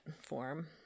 form